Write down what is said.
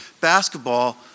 Basketball